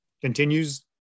continues